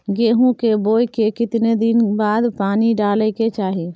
गेहूं के बोय के केतना दिन बाद पानी डालय के चाही?